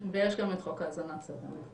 ויש גם את חוק האזנת סתר, נכון.